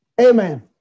Amen